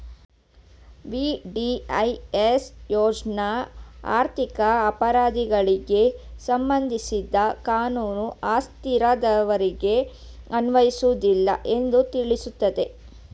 VDIS ಯೋಜ್ನ ಆರ್ಥಿಕ ಅಪರಾಧಿಗಳಿಗೆ ಸಂಬಂಧಿಸಿದ ಕಾನೂನು ಆ ಸುಸ್ತಿದಾರರಿಗೆ ಅನ್ವಯಿಸುವುದಿಲ್ಲ ಎಂದು ತಿಳಿಸುತ್ತೆ